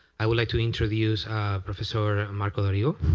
i would like to introduce professor marco dorigo.